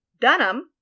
Dunham